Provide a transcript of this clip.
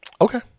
Okay